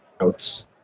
notes